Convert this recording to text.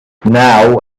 now